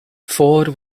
ford